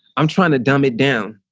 i'm trying to dumb it down.